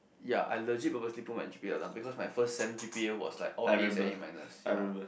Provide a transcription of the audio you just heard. ya I legit purposely put my g_o_a because my first sem g_p_a was like all A and A minus